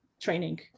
training